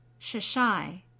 Shishai